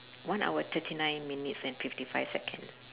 one hour thirty nine minutes and fifty five seconds